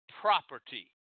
property